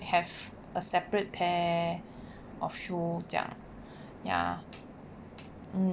have a separate pair of shoe 这样